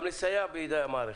גם לסייע בידי המערכת.